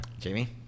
Jamie